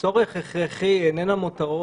טלפונים.